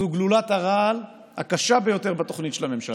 זו גלולת הרעל הקשה ביותר בתוכנית של הממשלה,